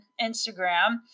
Instagram